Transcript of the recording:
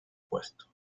puesto